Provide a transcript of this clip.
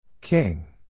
King